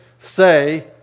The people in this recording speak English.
say